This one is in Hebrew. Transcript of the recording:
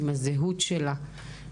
עם הזהות שלה.